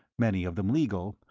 many of them legal,